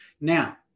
Now